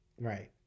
Right